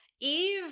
Eve